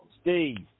Steve